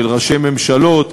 של ראשי ממשלות,